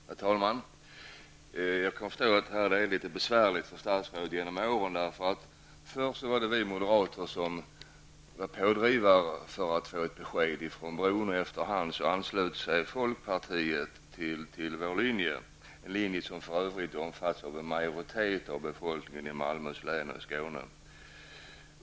Herr talman! Jag kan förstå att det varit litet besvärligt för statsråden genom åren. Först var vi moderater pådrivare för att få ett besked om bron, och efter hand anslöt sig folkpartiet till vår linje -- en linje som för övrigt omfattas av en majoritet av befolkningen i Malmöhus län och i Skåne.